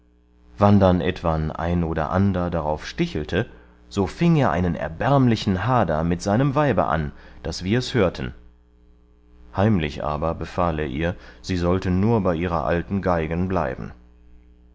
wann dann etwan ein oder ander darauf stichelte so fieng er einen erbärmlichen hader mit seinem weibe an daß wirs hörten heimlich aber befahl er ihr sie sollte nur bei ihrer alten geigen bleiben